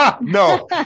no